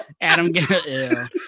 Adam